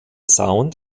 sound